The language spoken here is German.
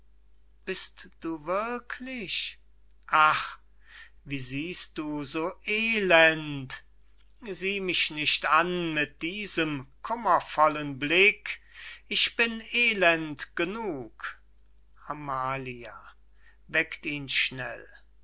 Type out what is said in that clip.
bist du wirklich ach wie siehst du so elend sieh mich nicht an mit diesem kummervollen blick ich bin elend genug amalia